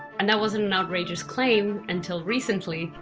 and that wasn't an outrageous claim until recently.